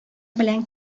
белән